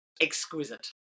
exquisite